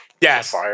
Yes